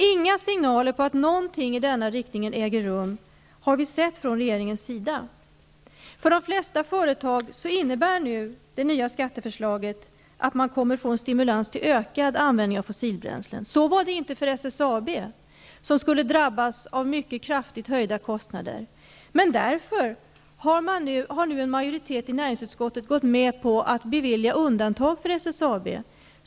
Inga signaler om att någonting i denna riktning äger rum har vi sett från regeringens sida. För de flesta företag innebär det nya skatteförslaget en stimulans till ökad användning av fossila bränslen. Så var det inte för SSAB, som skulle drabbas av mycket kraftigt höjda kostnader. Men nu har en majoritet i näringsuskottet gått med på att bevilja undantag för SSAB.